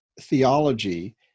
theology